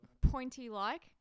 pointy-like